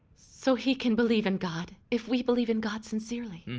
so he can believe in god, if we believe in god sincerely.